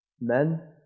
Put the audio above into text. Men